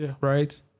right